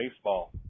baseball